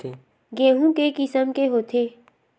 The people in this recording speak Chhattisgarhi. गेहूं के किसम के होथे?